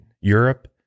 Europe